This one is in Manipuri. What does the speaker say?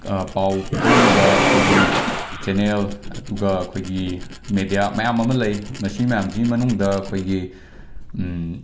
ꯄꯥꯎ ꯐꯣꯡꯅꯕ ꯑꯩꯈꯣꯏꯒꯤ ꯆꯦꯅꯦꯜ ꯑꯗꯨꯒ ꯑꯩꯈꯣꯏꯒꯤ ꯃꯦꯗ꯭ꯌꯥ ꯃꯌꯥꯝ ꯑꯃ ꯂꯩ ꯃꯁꯤ ꯃꯌꯥꯝꯁꯤ ꯃꯅꯨꯡꯗ ꯑꯩꯈꯣꯏꯒꯤ